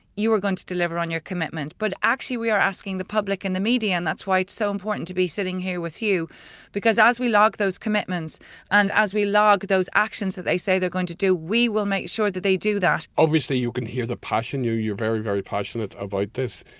you are going to deliver on your commitment. but actually, we are asking the public and the media and that's why it's so important to be sitting here with you because as we log those commitments and as we log those actions that they say they're going to do we will make sure that they do that obviously, you can hear the passion, you're very, very passionate about this,